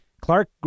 Clark